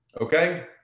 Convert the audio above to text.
Okay